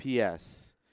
PS